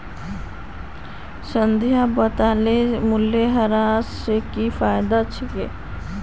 संध्या बताले मूल्यह्रास स की फायदा छेक